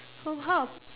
so how